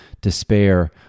despair